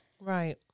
Right